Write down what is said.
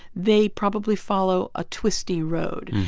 they probably follow a twisty road,